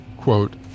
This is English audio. quote